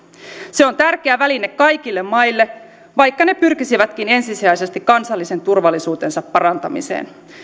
se on tärkeä väline kaikille maille vaikka ne pyrkisivätkin ensisijaisesti kansallisen turvallisuutensa parantamiseen